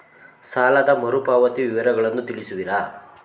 ಸಾಲದ ಮರುಪಾವತಿ ವಿವರಗಳನ್ನು ತಿಳಿಸುವಿರಾ?